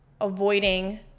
avoiding